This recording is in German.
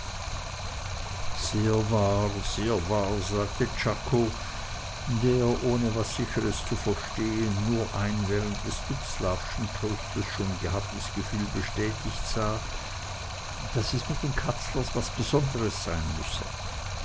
sehr wahr sehr wahr sagte czako der ohne was sicheres zu verstehen nur ein während des dubslavschen toastes schon gehabtes gefühl bestätigt sah daß es mit den katzlers was besonderes auf sich haben müsse